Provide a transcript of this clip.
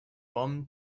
bummed